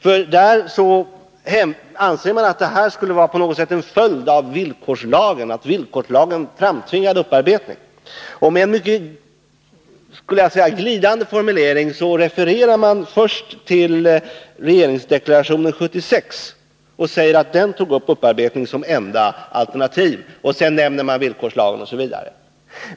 Där sägs att man anser att detta på något sätt skulle vara en följd av villkorslagen, att villkorslagen framtvingade upparbetning. Med vad jag vill kalla en mycket glidande formulering refererar Birgitta Dahl först till 1976 års regeringsdeklaration och säger att den angav upparbetning som enda alternativ, och sedan nämns villkorslagen osv.